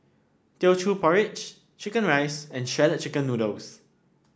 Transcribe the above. Teochew Porridge chicken rice and Shredded Chicken Noodles